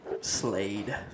Slade